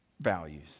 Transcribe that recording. values